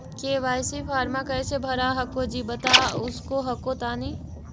KYC फॉर्मा कैसे भरा हको जी बता उसको हको तानी?